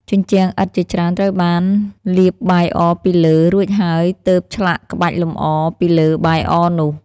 ជញ្ជាំងឥដ្ឋជាច្រើនត្រូវបានលាបបាយអរពីលើ រួចហើយទើបឆ្លាក់ក្បាច់លម្អពីលើបាយអរនោះ។